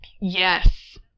yes